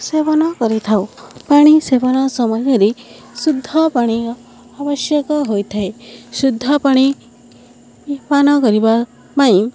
ସେବନ କରିଥାଉ ପାଣି ସେବନ ସମୟରେ ଶୁଦ୍ଧ ପାଣି ଆବଶ୍ୟକ ହୋଇଥାଏ ଶୁଦ୍ଧ ପାଣିପାନ କରିବା ପାଇଁ